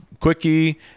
quickie